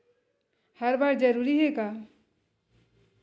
हर बार जरूरी हे का?